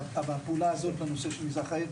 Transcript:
והפעולה הזאת בנושא של מזרח העיר,